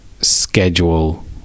schedule